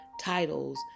titles